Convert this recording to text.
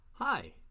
Hi